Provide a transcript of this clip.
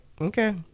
okay